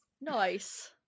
Nice